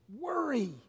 worry